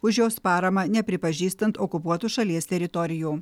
už jos paramą nepripažįstant okupuotų šalies teritorijų